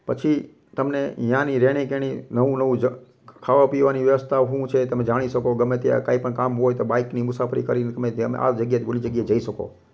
પછી તમને ત્યાંની રહેણી કહેણી નવું નવું જ ખાવા પીવાની વ્યવસ્થાઓ શું છે એ તમે જાણી શકો ગમે ત્યાં કાંઈપણ કામ હોય તો બાઇકની મુસાફરી કરીને તમે આ જગ્યાથી પેલી જગ્યાએ જઈ શકો